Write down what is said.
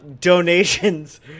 donations